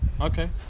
Okay